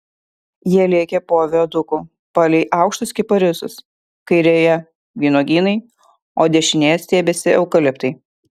jie lėkė po viaduku palei aukštus kiparisus kairėje vynuogynai o dešinėje stiebėsi eukaliptai